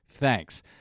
Thanks